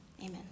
Amen